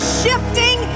shifting